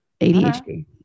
ADHD